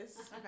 Okay